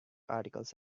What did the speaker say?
articles